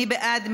מי בעד?